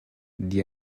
die